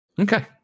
Okay